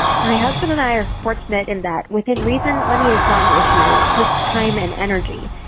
my husband and i are fortunate in that within reason. money is not an issue, just time and energy.